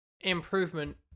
improvement